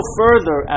further